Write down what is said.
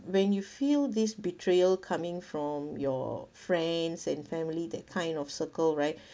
when you feel this betrayal coming from your friends and family that kind of circle right